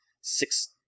six